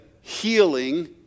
healing